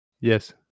Yes